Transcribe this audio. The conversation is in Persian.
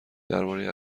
درباره